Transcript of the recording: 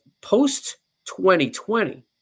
post-2020